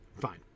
Fine